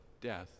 death